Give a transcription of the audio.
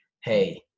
Hey